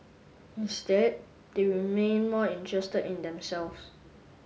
instead they remained more interested in themselves